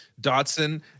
Dotson